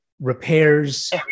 repairs